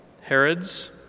Herods